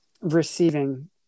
receiving